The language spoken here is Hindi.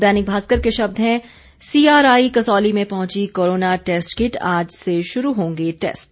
दैनिक भास्कर के शब्द हैं सीआरआई कसौली में पहंची कोरोना टैस्ट किट आज से शुरू होंगे टैस्ट